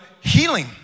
healing